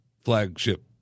flagship